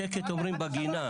שקט אומרים בגן.